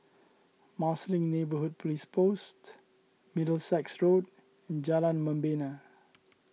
Marsiling Neighbourhood Police Post Middlesex Road and Jalan Membina